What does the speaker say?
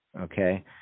Okay